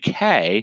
UK